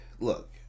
look